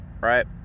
right